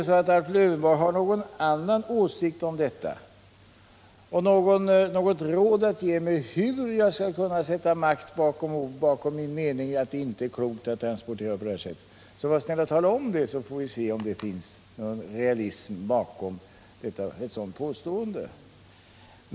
Om AIf Lövenborg har någon annan åsikt om detta och något råd att ge mig om hur jag skall kunna sätta makt bakom ordet och min mening att det inte är klokt att transportera på det här sättet, var då snäll och tala om det, så att vi får se om det finns någon realism bakom ett sådant påstående.